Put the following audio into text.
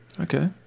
Okay